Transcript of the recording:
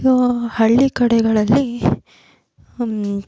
ಹಳ್ಳಿ ಕಡೆಗಳಲ್ಲಿ